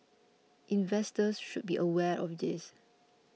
investors should be aware of this